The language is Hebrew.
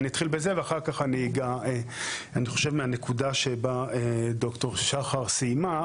אני אתחיל בזה ואחר כך אני אגע אני חושב מהנקודה שבה ד"ר שחר סיימה,